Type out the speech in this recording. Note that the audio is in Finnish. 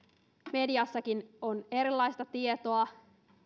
mediassakin erilaista tietoa